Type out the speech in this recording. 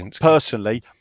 personally